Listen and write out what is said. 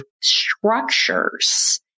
structures